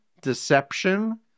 deception